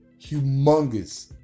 humongous